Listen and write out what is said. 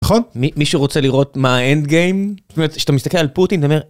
מי מי שרוצה לראות מה ה-end game... כשאתה מסתכל על פוטין.